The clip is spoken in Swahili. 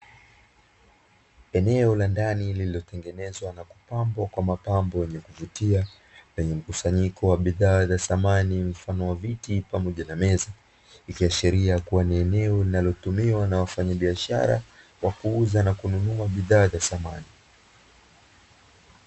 Eneo la ndani lililotengenezwa na kupambwa kwa mapambo yenye kuvutia, lenye mkusanyiko wa bidhaa za samani mfano wa viti pamoja na meza, ikiashiria kuwa ni eneo linalotumiwa na wafanyabiashara, wa kuuza na kununua bidhaa za samani.